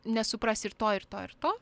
nesupras ir to ir to ir to